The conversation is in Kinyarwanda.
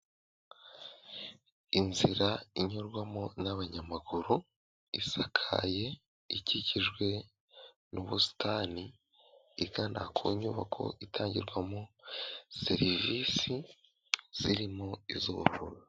Inzira inyurwamo n'abanyamaguru isakaye, ikikijwe n'ubusitani, igana ku nyubako itangirwamo serivisi zirimo iz'ubuvuzi.